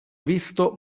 visto